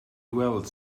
weld